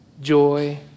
Joy